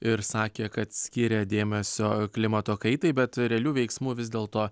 ir sakė kad skiria dėmesio klimato kaitai bet realių veiksmų vis dėlto